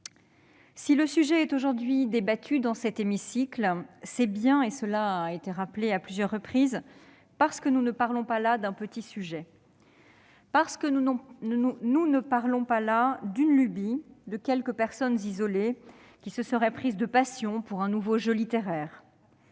Si le sujet est aujourd'hui débattu dans cet hémicycle, c'est bien, et cela a été rappelé à plusieurs reprises, parce que nous ne parlons pas d'un petit sujet, d'une lubie de quelques personnes isolées qui se seraient prises de passion pour un nouveau jeu littéraire.